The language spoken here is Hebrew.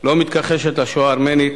לשואה הארמנית